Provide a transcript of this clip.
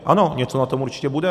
Ano, něco na tom určitě bude.